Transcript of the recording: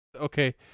Okay